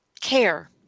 care